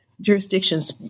Jurisdictions